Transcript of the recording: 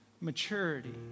maturity